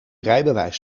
rijbewijs